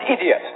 idiot